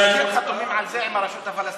אתם חתומים על זה עם הרשות הפלסטינית.